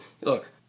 Look